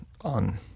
on